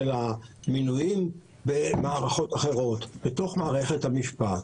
המינויים במערכות אחרות בתוך מערכת המשפט,